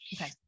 Okay